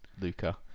Luca